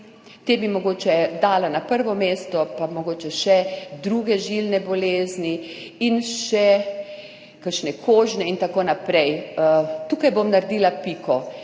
te bi mogoče dala na prvo mesto, pa mogoče še druge žilne bolezni in še kakšne kožne in tako naprej. Tukaj bom naredila piko.